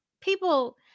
people